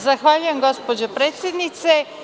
Zahvaljujem gospođo predsednice.